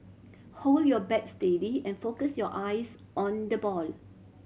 hold your bat steady and focus your eyes on the ball